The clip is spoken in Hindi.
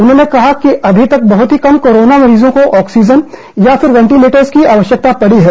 उन्होंने कहा कि अभी तक बहुत ही कम कोरोना मरीजों को ऑक्सीजन या फिर वेंटिलेटर्ज की आवश्यकता पड़ी है